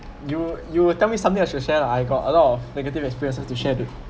you you will tell me something I should share lah I got a lot of negative experiences to share to